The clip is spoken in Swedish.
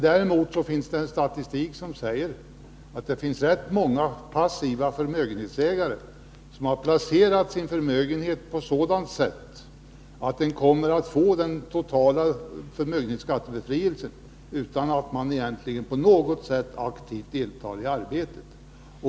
Däremot finns det en statistik som säger att det finns rätt många passiva förmögenhetsägare som har placerat sin förmögenhet på sådant sätt att de kommer att få total befrielse från förmögenhetsskatt utan att på något sätt aktivt delta i arbetet.